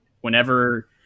Whenever